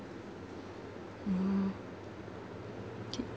mm K